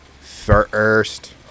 first